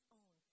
own